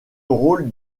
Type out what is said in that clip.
rôle